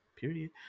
period